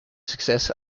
success